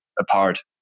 apart